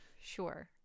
Sure